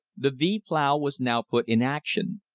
the v plow was now put in action.